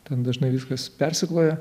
ten dažnai viskas persikloja